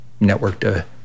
networked